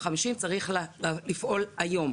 צריך לפעול היום.